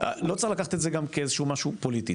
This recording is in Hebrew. לא צריך לקחת את זה כמשהו פוליטי,